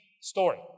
story